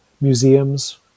Museums